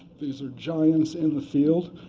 these are giants in the field.